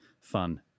fun